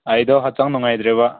ꯑꯩꯗꯣ ꯍꯛꯆꯥꯡ ꯅꯨꯡꯉꯥꯏꯇ꯭ꯔꯦꯕ